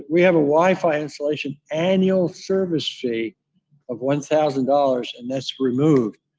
we have a wi-fi installation annual service fee of one thousand dollars and that's removed.